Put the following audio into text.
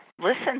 listen